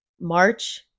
March